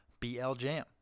BLJAM